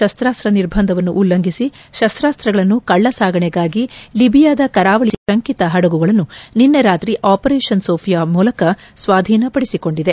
ಶಸ್ತಾಸ್ತ ನಿರ್ಬಂಧವನ್ನು ಉಲ್ಲಂಘಿಸಿ ಶಸ್ತಾಸ್ತಗಳನ್ನು ಕಳ್ಳಸಾಗಣೆಗಾಗಿ ಲಿಬಿಯಾದ ಕರಾವಳಿಯಲ್ಲಿ ನಿಲ್ಲಿಸಿದ್ದ ಶಂಕಿತ ಹಡಗುಗಳನ್ನು ನಿನ್ನೆ ರಾತ್ರಿ ಅಪರೇಷನ್ ಸೋಫಿಯಾ ಮೂಲಕ ಸ್ವಾಧೀನಪಡಿಸಿಕೊಂಡಿದೆ